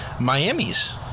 Miamis